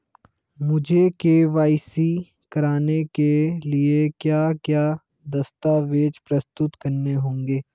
मुझे के.वाई.सी कराने के लिए क्या क्या दस्तावेज़ प्रस्तुत करने होंगे?